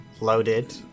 loaded